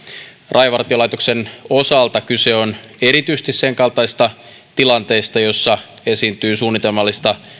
rajavartiolaitoksen osalta kyse on erityisesti senkaltaisista tilanteista joissa esiintyy suunnitelmallista